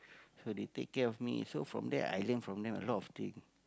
so they take care of me so from there I learn from them a lot of thing